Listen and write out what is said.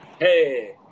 Hey